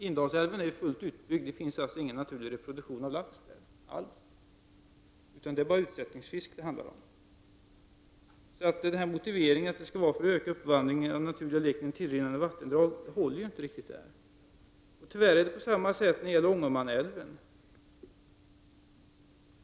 Indalsälven är ju fullt utbyggd, varför det inte alls finns någon naturlig reproduktion av lax där. Det handlar bara om utsättningsfisk. Så motiveringen att det skall ”öka uppvandringen och den naturliga leken i tillrinnande vattendrag” håller inte riktigt. Tyvärr förhåller det sig på samma sätt beträffande Ångermanälven.